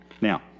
Now